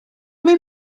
may